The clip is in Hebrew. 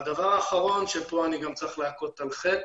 והדבר האחרון, שפה אני גם צריך להכות על חטא,